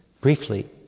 Briefly